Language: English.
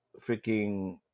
freaking